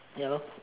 ya lor